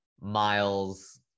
Miles